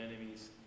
enemies